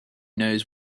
knows